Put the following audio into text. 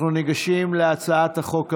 אנחנו ניגשים להצעת החוק הבאה,